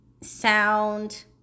sound